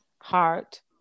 heart